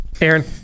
aaron